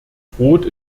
droht